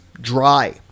dry